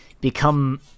become